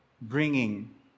bringing